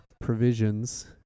provisions